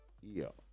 Yo